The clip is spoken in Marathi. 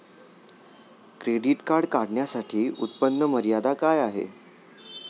क्रेडिट कार्ड काढण्यासाठी उत्पन्न मर्यादा काय आहे?